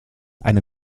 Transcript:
eine